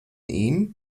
ihm